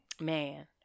Man